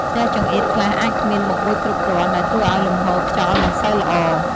ផ្ទះចង្អៀតខ្លះអាចគ្មានបង្អួចគ្រប់គ្រាន់ ដែលធ្វើឲ្យលំហូរខ្យល់មិនសូវល្អ។